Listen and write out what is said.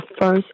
first